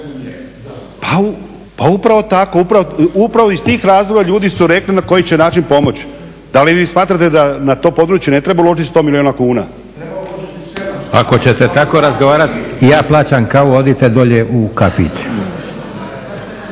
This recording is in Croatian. Pa upravo tako, upravo iz tih razloga ljudi su rekli na koji će način pomoći. Da li vi smatrate da na to područje ne treba uložit 100 milijuna kuna? … /Upadica se ne razumije./ …